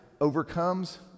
overcomes